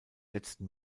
letzten